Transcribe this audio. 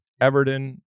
Everton